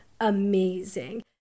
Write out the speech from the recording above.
amazing